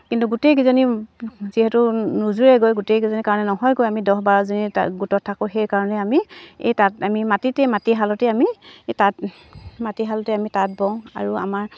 কিন্তু গোটেইকেইজনী যিহেতু নোজোৰেগৈ গোটেইকেইজনীৰ কাৰণে নহয়গৈ আমি দহ বাৰজনী তাত গোটত থাকোঁ সেইকাৰণে আমি এই তাঁত আমি মাটিতেই মাটিশালতেই আমি এই তাঁত মাটিশালতে আমি তাঁত বওঁ আৰু আমাৰ